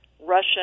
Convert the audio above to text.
Russia